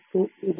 102 ಇದೆ